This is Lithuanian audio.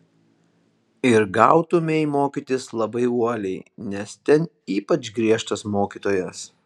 ir gautumei mokytis labai uoliai nes ten ypač griežtas mokytojas